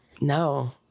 no